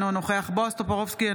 אינו נוכח בועז טופורובסקי,